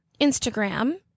instagram